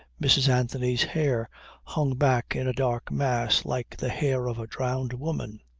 mrs. anthony's hair hung back in a dark mass like the hair of a drowned woman.